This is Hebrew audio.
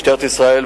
משטרת ישראל,